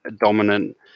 dominant